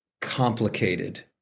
complicated